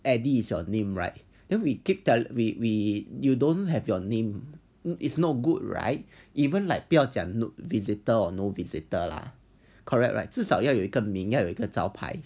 eddie is your name right then we keep tell we we you don't have your name is no good right even like 不要讲 visitor or no visitor lah correct right 至少要有一个名要有一个招牌